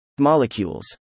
molecules